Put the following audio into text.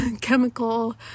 chemical